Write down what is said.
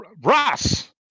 Ross